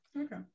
Okay